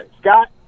Scott